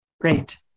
Great